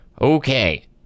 Okay